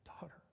daughter